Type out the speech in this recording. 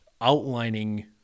outlining